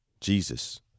Jesus